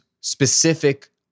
specific